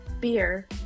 beer